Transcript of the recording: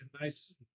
Nice